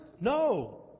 No